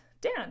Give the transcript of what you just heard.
Dan